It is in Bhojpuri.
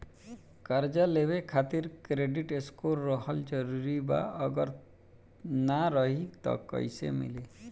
कर्जा लेवे खातिर क्रेडिट स्कोर रहल जरूरी बा अगर ना रही त कैसे मिली?